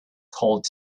called